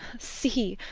see,